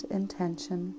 intention